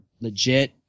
legit